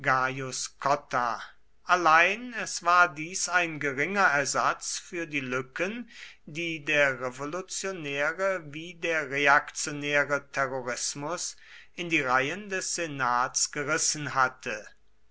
allein es war dies ein geringer ersatz für die lücken die der revolutionäre wie der reaktionäre terrorismus in die reihen des senats gerissen hatte